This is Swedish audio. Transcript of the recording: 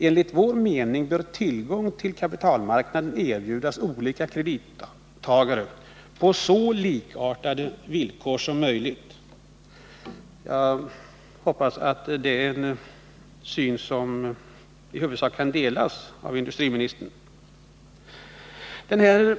Enligt vår mening bör tillgång till kapitalmarknaden erbjudas olika kredittagare på så likartade villkor som möjligt.” Jag hoppas att denna syn i huvudsak kan delas av industriministern.